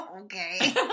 Okay